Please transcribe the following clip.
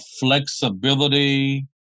flexibility